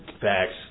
Facts